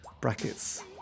brackets